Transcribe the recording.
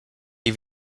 die